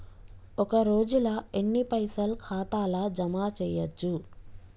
ఒక రోజుల ఎన్ని పైసల్ ఖాతా ల జమ చేయచ్చు?